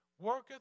worketh